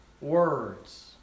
words